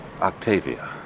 Octavia